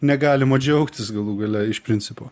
negalima džiaugtis galų gale iš principo